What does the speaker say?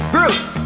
Bruce